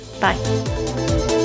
Bye